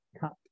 cup